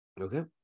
Okay